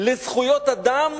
לזכויות אדם.